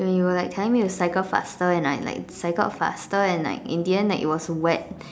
when you were like telling me to cycle faster and I like cycled faster and like in the end like it was like wet